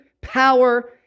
power